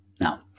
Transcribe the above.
Now